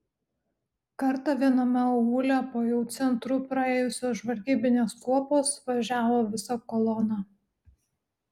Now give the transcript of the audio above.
kartą viename aūle po jau centru praėjusios žvalgybinės kuopos važiavo visa kolona